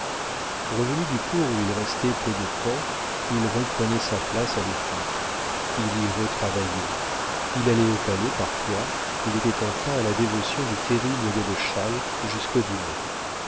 revenu du cours où il restait peu de temps il reprenait sa place à l'étude il y retravaillait il allait au palais parfois il était enfin à la dévotion du terrible godeschal jusqu'au dîner